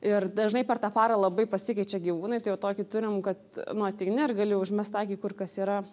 ir dažnai per tą parą labai pasikeičia gyvūnai tai jau tokį turim kad nu ateini ir gali užmest akį kur kas yra